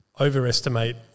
overestimate